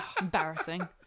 Embarrassing